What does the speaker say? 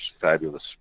fabulous